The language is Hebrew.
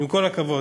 עם כל הכבוד.